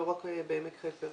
לא רק בעמק חפר.